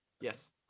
Yes